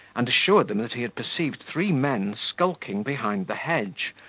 and assured them that he had perceived three men skulking behind the hedge,